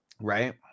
right